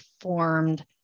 formed